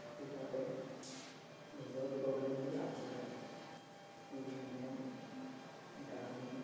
হিচাপে নিজৰ প্ৰগ্ৰেমবোৰ আগবঢ়ায় যেনে গান